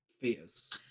fierce